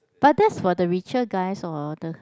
but that's for the richer guys or the